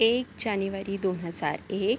एक जानेवारी दोन हजार एक